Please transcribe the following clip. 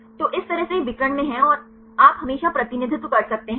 तो इस तरह से यह विकर्ण में है आप हमेशा प्रतिनिधित्व कर सकते हैं